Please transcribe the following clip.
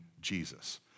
Jesus